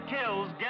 kills